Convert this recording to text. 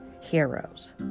heroes